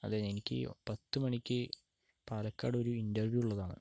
അതെ എനിക്ക് പത്ത് മണിക്ക് പാലക്കാടൊരു ഇൻ്റവ്യൂ ഉള്ളതാണ്